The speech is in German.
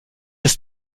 das